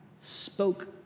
spoke